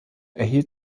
erhielt